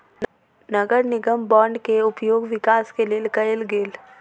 नगर निगम बांड के उपयोग विकास के लेल कएल गेल